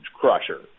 crusher